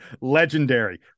legendary